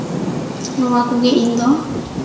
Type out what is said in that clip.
ᱱᱚᱣᱟ ᱠᱚᱜᱮ ᱤᱧ ᱫᱚ